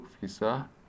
visa